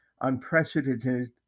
unprecedented